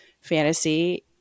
fantasy